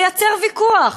לייצר ויכוח.